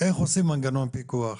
איך עושים מנגנון פיקוח,